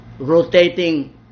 rotating